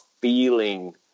feeling